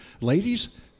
Ladies